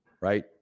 Right